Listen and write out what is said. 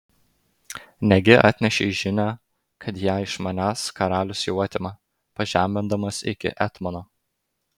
negi atnešei žinią kad ją iš manęs karalius jau atima pažemindamas iki etmono